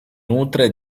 nutre